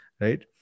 right